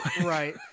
Right